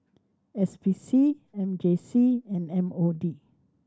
S P C M J C and M O D